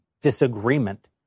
disagreement